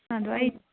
ꯑꯗꯣ ꯑꯩ